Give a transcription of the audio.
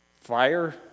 fire